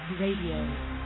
Radio